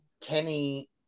Kenny